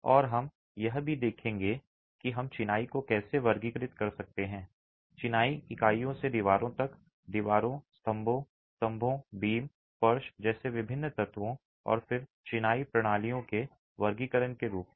और हम यह भी देखेंगे कि हम चिनाई को कैसे वर्गीकृत कर सकते हैं चिनाई इकाइयों से दीवारों तक दीवारों स्तंभों स्तंभों बीम फर्श जैसे विभिन्न तत्वों और फिर चिनाई प्रणालियों के वर्गीकरण के रूप में